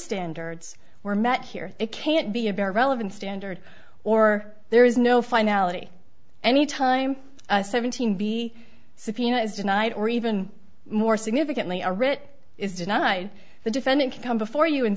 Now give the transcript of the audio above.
standards were met here it can't be a bare relevant standard or there is no finality any time seventeen b subpoena is denied or even more significantly a writ is denied the defendant can come before you and